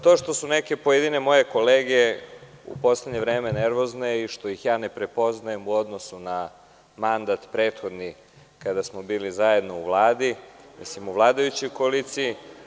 To što su neke pojedine moje kolege u poslednje vreme nervozne i što ih ne prepoznajem u odnosu na mandat prethodni kada smo bili zajedno u vladajućoj koaliciji.